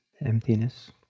emptiness